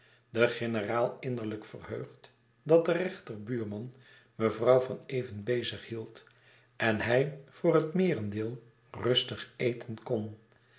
de generaal innerlijk verheugd dat de rechter buurman mevrouw van even bezig hield en hij voor het meerendeel rustig eten kon